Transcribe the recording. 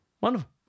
Wonderful